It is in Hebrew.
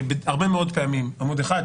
הרבה מאוד פעמים עמוד אחד,